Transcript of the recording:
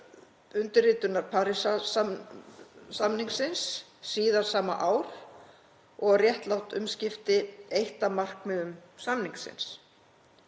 undirritunar Parísarsamningsins síðar sama ár og réttlát umskipti hafi verið eitt af markmiðum samningsins.